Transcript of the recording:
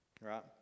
right